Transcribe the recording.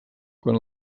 quan